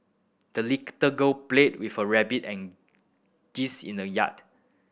the the girl played with her rabbit and geese in the yard